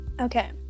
okay